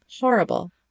Horrible